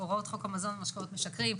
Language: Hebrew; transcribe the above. הוראות חוק המזון למשקאות משכרים,